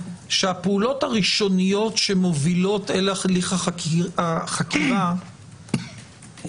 שהפעולות הראשוניות שמובילות אל הליך החקירה יכולות